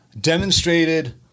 Demonstrated